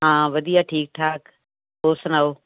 ਹਾਂ ਵਧੀਆ ਠੀਕ ਠਾਕ ਹੋਰ ਸੁਣਾਓ